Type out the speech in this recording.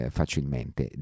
facilmente